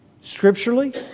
scripturally